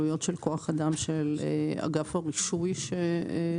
עלויות של כוח אדם של אגף הרישוי שמטפל